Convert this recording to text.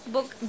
Book